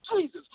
Jesus